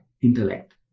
intellect